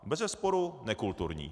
Bezesporu nekulturní.